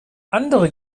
andere